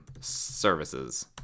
Services